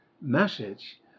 message